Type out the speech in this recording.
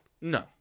No